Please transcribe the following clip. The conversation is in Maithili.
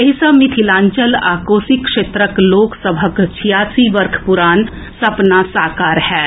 एहि सँ मिथिलांचल आ कोसी क्षेत्रक लोक सभक छियासी वर्ष पुरान सपना साकार होयत